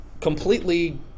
completely